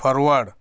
forward